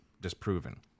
disproven